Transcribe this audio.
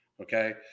Okay